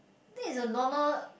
think is the normal